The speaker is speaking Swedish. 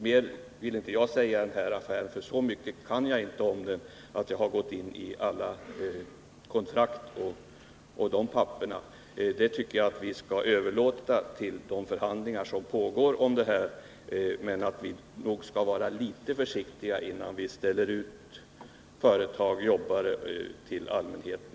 Mer vill jag inte säga i den här affären, för så mycket kan jag inte om den att jag studerat alla kontrakt och andra sådana handlingar. Jag tycker att vi skall överlåta den granskningen till dem som nu förhandlar om det här. Vi borde nog vara något försiktigare och inte på det här viset ställa ut företag och jobbare för allmänheten.